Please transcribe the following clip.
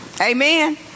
Amen